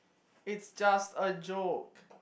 it's just a joke